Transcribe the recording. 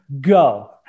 Go